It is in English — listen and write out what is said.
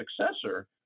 successor